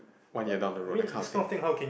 one year down the road that kind of things